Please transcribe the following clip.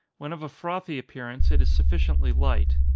when of a frothy appearance, it is sufficiently light.